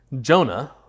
Jonah